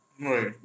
Right